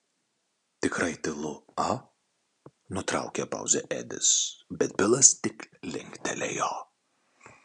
tikrai tylu a nutraukė pauzę edis bet bilas tik linktelėjo